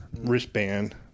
wristband